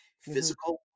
Physical